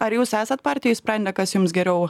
ar jūs esat partijoj sprendę kas jums geriau